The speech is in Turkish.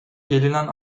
gelinen